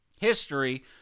history